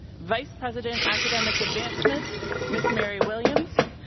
vice-president, academic advancement ms. mary williams.